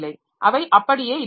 அவை அப்படியே இருக்கின்றன